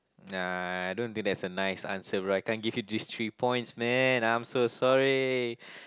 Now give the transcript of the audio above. uh I don't think that's a nice answer right I can't give you these three points man I'm so sorry